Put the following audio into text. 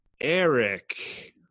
eric